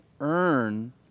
earn